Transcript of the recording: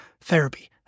therapy